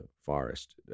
forest